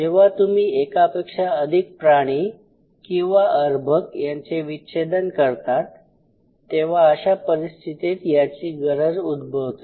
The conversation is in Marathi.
जेव्हा तुम्ही एकापेक्षा अधिक प्राणी किंवा अर्भक यांचे विच्छेदन करतात तेव्हा अशा परिस्थितीत याची गरज उद्भवते